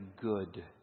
good